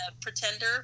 pretender